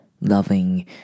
loving